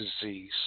disease